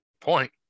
point